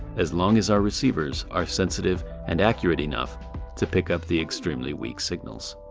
as long as our receivers are sensitive and accurate enough to pick up the extremely weak signals.